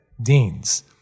Dean's